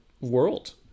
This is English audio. world